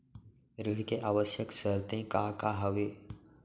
ऋण के आवश्यक शर्तें का का हवे?